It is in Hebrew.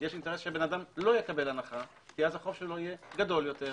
יש אינטרס שהאדם לא יקבל הנחה כי אז החוב שלו יהיה גדול יותר.